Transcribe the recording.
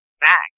back